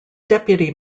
deputy